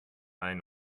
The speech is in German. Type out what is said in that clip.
ein